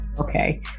Okay